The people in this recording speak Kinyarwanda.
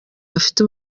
bafite